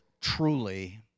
truly